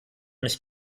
mich